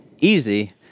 Easy